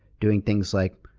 doing things like,